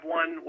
one